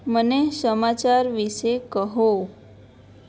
મને સમાચાર વિશે કહો